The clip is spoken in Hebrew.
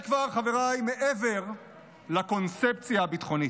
חבריי, זה כבר מעבר לקונספציה הביטחונית.